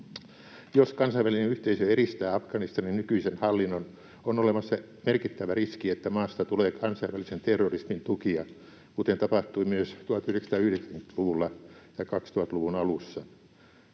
Jos kansainvälinen yhteisö eristää Afganistanin nykyisen hallinnon, on olemassa merkittävä riski, että maasta tulee kansainvälisen terrorismin tukija, kuten tapahtui myös 1990-luvulla ja 2000-luvun alussa.